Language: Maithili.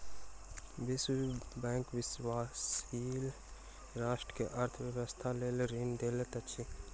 विश्व बैंक विकाशील राष्ट्र के अर्थ व्यवस्थाक लेल ऋण दैत अछि